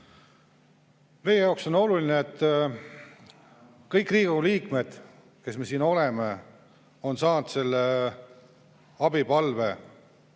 Meie jaoks on oluline, et kõik Riigikogu liikmed, kes me siin oleme, on saanud selle abipalve